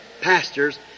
pastors